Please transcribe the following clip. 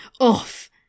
off